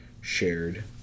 shared